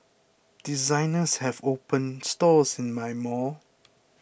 designers have opened stores in my mall